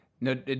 no